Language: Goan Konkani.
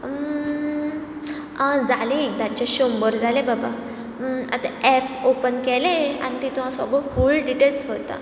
जालें एकदाचें शंबर जालें बाबा आतां एप ऑपन केलें आनी तितून वचून फूल डिटेल्स भरता